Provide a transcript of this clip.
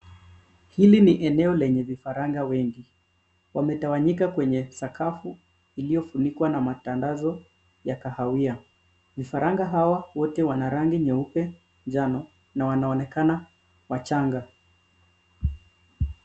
Hili ni eneo lenye vifaranga wengi. Wametawanyika kwenye sakafu iliyofunikwa na matandazo ya kahawia. Vifaranga hawa wote wana rangi nyeupe njano na wanaonekana wachanga.